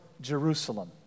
Jerusalem